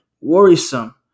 Worrisome